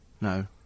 No